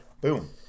Boom